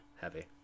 Heavy